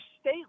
state